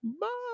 Bye